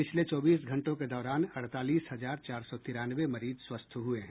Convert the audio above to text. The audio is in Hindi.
पिछले चौबीस घंटों के दौरान अड़तालीस हजार चार सौ तिरानवे मरीज स्वस्थ हुए हैं